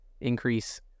increase